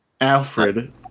Alfred